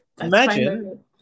imagine